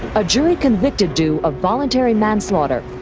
a jury convicted du of voluntary manslaughter,